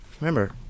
remember